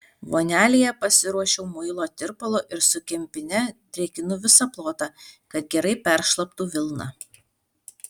vonelėje pasiruošiau muilo tirpalo ir su kempine drėkinu visą plotą kad gerai peršlaptų vilna